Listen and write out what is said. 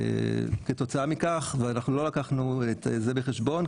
וכתוצאה מכך ואנחנו לא לקחנו את זה בחשבון,